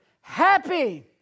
Happy